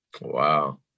Wow